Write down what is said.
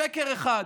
שקר אחד.